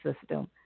system